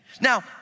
Now